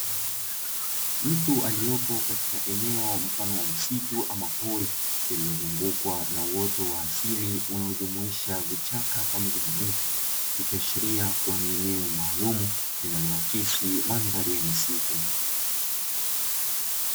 Mtu aliyopo katika eneo mfano wa msitu ama pori, lililozungukwa na uoto wa asili unaojumuisha vichaka pamoja na miti, ikiashiria kuwa ni eneo maalumu linaloakisi mandhari ya misitu.